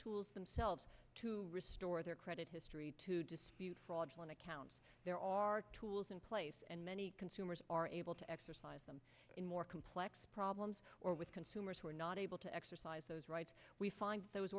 themselves to restore their credit history to dispute fraudulent accounts there are tools in place and many consumers are able to exercise them in more complex problems or with consumers who are not able to exercise those rights we find those